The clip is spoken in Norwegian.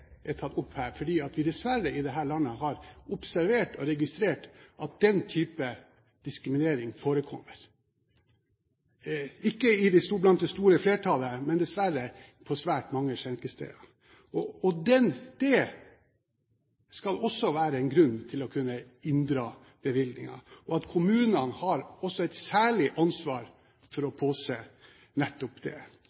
det er tatt opp her, fordi vi dessverre i dette landet har observert, og registrert, at den type diskriminering forekommer – ikke blant det store flertallet, men dessverre på svært mange skjenkesteder. Og dét skal også være en grunn til å kunne inndra bevillinger, og kommunene har et særlig ansvar for å